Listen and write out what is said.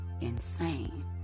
insane